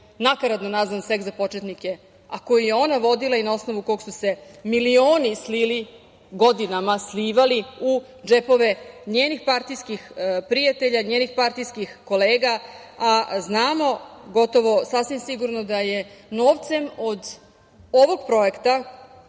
nakaradno nazvan – „Seks za početnike“, a koji je ona vodila i na osnovu koga su se milioni slili, godinama slivali u džepove njenih partijskih prijatelja, njenih partijskih kolega. Znamo gotovo sasvim sigurno da je novcem od ovog projekta,